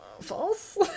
False